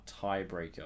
tiebreaker